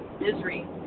misery